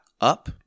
up